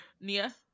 nia